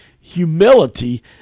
humility